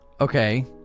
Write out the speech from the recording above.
Okay